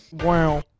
Wow